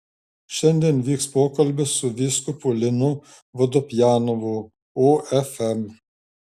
šiandien vyks pokalbis su vyskupu linu vodopjanovu ofm